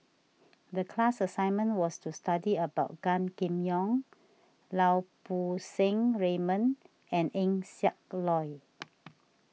the class assignment was to study about Gan Kim Yong Lau Poo Seng Raymond and Eng Siak Loy